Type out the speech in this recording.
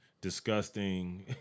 disgusting